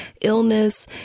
illness